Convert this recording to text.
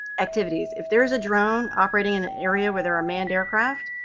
activities. if there's a drone operating in an area where there are manned aircraft,